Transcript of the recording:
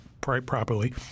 properly